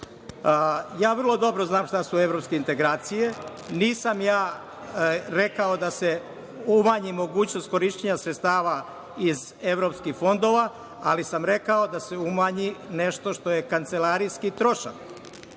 vrlo dobro znam šta su evropske integracije, nisam rekao da se umanji mogućnost korišćenja sredstava iz evropskih fondova, ali sam rekao da se umanji nešto što je kancelarijski trošak.